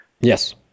Yes